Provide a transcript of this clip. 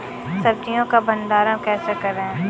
सब्जियों का भंडारण कैसे करें?